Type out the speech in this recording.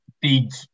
big